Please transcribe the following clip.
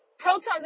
protons